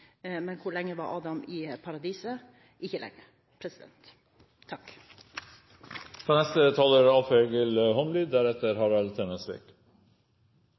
Men hvor lenge var Adam i paradis? Ikke lenge.